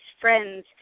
friends